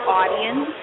audience